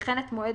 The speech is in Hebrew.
וכן את מועד